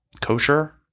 kosher